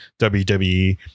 WWE